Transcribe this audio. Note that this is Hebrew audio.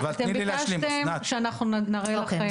אתם ביקשתם שאנחנו נראה לכם נתונים.